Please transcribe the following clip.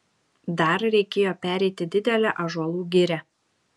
dar reikėjo pereiti didelę ąžuolų girią